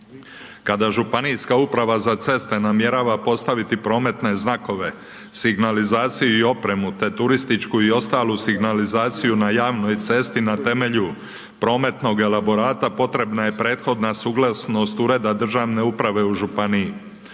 u županiji, - kada ŽUC namjerava postaviti prometne znakove, signalizaciju i opremu te turističku i ostalu signalizaciju na javnoj cesti na temelju prometnog elaborata potrebna je prethodna suglasnost ured državne uprave u županiji,